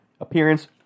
Appearance